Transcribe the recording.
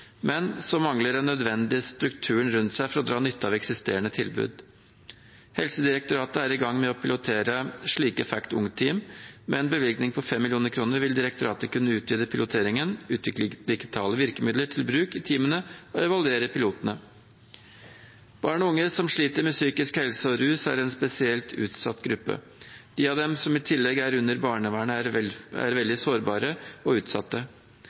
men som mangler den nødvendige strukturen rundt seg for å dra nytte av eksisterende tilbud. Helsedirektoratet er i gang med å pilotere slike FACT Ung-team. Med en bevilgning på 5 mill. kr vil direktoratet kunne utvide piloteringen, utvikle digitale virkemidler til bruk i teamene og evaluere pilotene. Barn og unge som sliter med psykisk helse og rus er en spesielt utsatt gruppe. De av dem som i tillegg er under barnevernet, er veldig sårbare og utsatte.